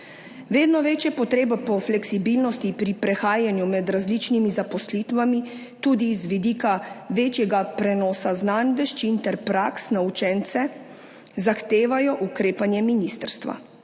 Vedno večja potreba po fleksibilnosti pri prehajanju med različnimi zaposlitvami, tudi z vidika večjega prenosa znanj, veščin ter praks na učence zahtevajo ukrepanje ministrstva.